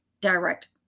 direct